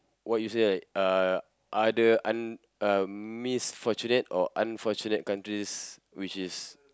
what you say like uh other un~ um misfortunate or unfortunate countries which is